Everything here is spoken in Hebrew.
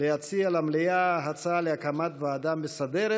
להציע למליאה הצעה להקמת ועדה מסדרת.